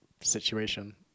situation